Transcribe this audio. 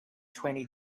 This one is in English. twenty